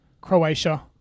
Croatia